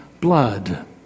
blood